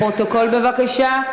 לפרוטוקול בבקשה.